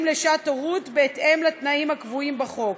לשעת הורות בהתאם לתנאים הקבועים בחוק.